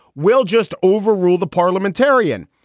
we'll just overrule the parliamentarian.